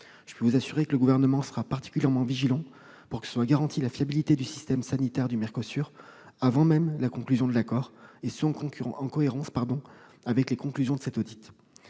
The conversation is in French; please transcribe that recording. Je puis vous assurer que le Gouvernement sera particulièrement vigilant pour que la fiabilité du système sanitaire du MERCOSUR soit garantie, avant même la conclusion de l'accord, et ce, en cohérence avec les conclusions de cet audit.